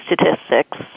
statistics